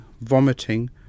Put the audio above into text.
vomiting